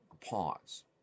pause